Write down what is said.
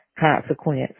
consequence